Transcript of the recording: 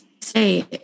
say